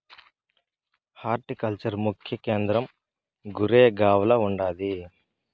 horticulture ముఖ్య కేంద్రం గురేగావ్ల ఉండాది